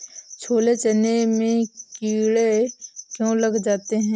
छोले चने में कीड़े क्यो लग जाते हैं?